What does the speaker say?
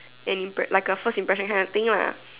an impress like a first impression kind of thing lah